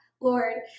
Lord